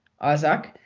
Isaac